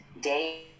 Day